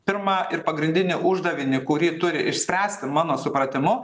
pirmą ir pagrindinį uždavinį kurį turi išspręsti mano supratimu